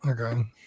Okay